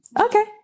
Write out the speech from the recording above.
Okay